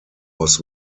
was